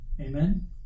Amen